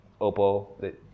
Oppo